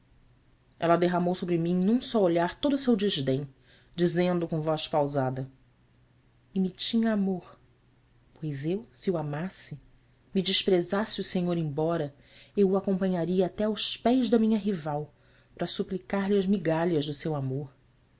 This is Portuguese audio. ela derramou sobre mim num só olhar todo o seu desdém dizendo com voz pausada me tinha amor pois eu se o amasse me desprezasse o senhor embora eu o acompanharia até aos pés da minha rival para suplicar lhe as migalhas de seu amor